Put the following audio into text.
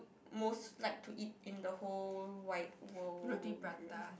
most like to eat in the whole wide world